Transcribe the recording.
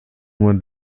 moment